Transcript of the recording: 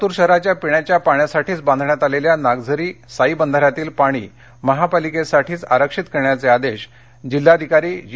लातूर शहराच्या पिण्याच्या पाण्यासाठीच बांधण्यात आलेल्या नागझरी साई बंधाऱ्यातील पाणी महापालिकेसाठीच आरक्षित करण्याचे आदेश जिल्हाधिकारी जी